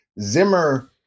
Zimmer